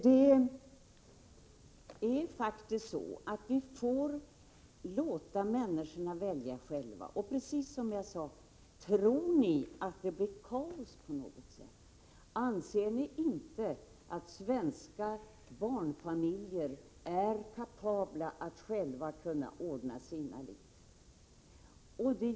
Vi får faktiskt lov att låta människorna välja själva. Jag frågar igen: Tror ni att det skulle bli kaos om svenska barnfamiljer själva fick bestämma över sina liv?